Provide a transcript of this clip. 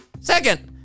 Second-